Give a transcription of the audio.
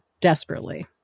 desperately